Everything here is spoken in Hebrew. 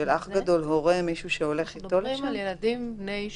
אנחנו מדברים על ילדים בני 16,